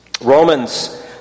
Romans